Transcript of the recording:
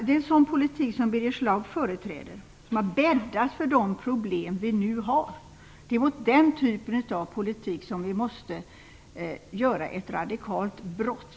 Det är en sådan politik som Birger Schlaug företräder som har bäddat för de problem vi nu har. Det är mot den typen av politik som vi måste göra ett radikalt brott.